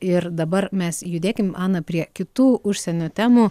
ir dabar mes judėkim ana prie kitų užsienio temų